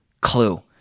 clue